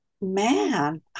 man